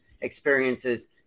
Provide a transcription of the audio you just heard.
experiences